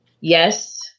Yes